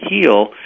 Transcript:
heal